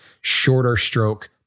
shorter-stroke